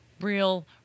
real